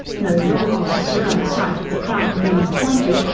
no law officer on the side of the crown being appointed,